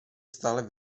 stále